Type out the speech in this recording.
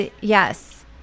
Yes